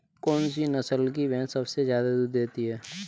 कौन सी नस्ल की भैंस सबसे ज्यादा दूध देती है?